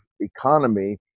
economy